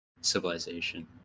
civilization